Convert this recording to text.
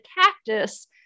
cactus